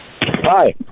Hi